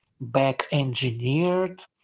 back-engineered